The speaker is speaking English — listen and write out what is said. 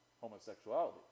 homosexuality